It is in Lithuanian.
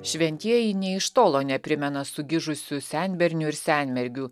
šventieji nė iš tolo neprimena sugižusių senbernių ir senmergių